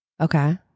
Okay